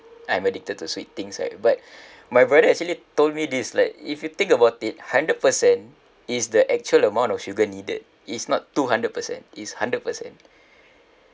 I'm addicted to sweet things right but my brother actually told me this like if you think about it hundred percent is the actual amount of sugar needed is not two hundred percent is hundred percent